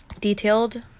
detailed